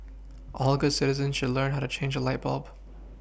all good citizens should learn how to change a light bulb